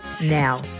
now